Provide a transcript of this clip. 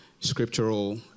scriptural